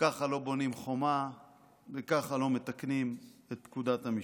ככה לא בונים חומה וככה לא מתקנים את פקודת המשטרה.